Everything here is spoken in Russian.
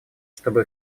чтобы